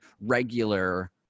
regular